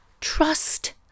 Trust